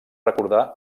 recordar